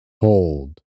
hold